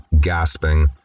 gasping